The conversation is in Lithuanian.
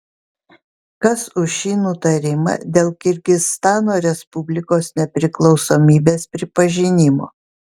kas už šį nutarimą dėl kirgizstano respublikos nepriklausomybės pripažinimo